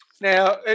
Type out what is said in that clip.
Now